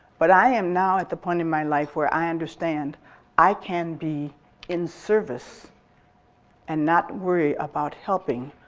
but i am now at the point of my life where i understand i can be in service and not worry about helping,